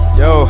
yo